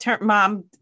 mom